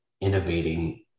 innovating